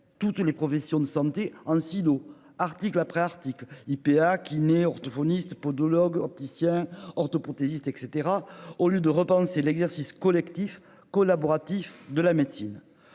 toutes les professions de santé en silos article après article IPA qui naît orthophonistes podologues opticien orthoprothésiste et etc. Au lieu de repenser l'exercice collectif collaboratif de la médecine.